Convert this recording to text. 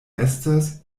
estas